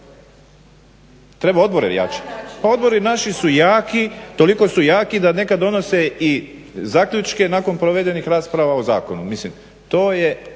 Treba odbore …, pa odbori naši su jaki, toliko su jaki da nekad donose i zaključke nakon provedenih rasprava u zakonu. Mislim to je